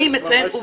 אני מציין עובדות.